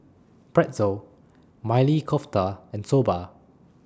Pretzel Maili Kofta and Soba